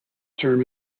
term